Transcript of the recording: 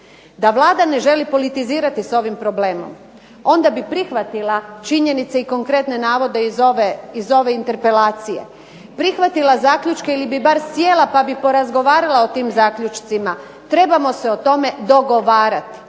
Da Vlada ne želi politizirati s ovim problemom onda bi prihvatila činjenice i konkretne navode iz ove interpelacije. Prihvatila zaključke ili bi bar sjela pa bi porazgovarala o tim zaključcima. Trebamo se o tome dogovarati,